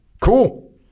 Cool